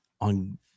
on